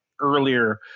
earlier